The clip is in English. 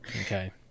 okay